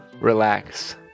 relax